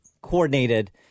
coordinated